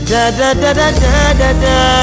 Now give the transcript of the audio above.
Da-da-da-da-da-da-da